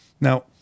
Now